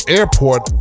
airport